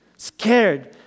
Scared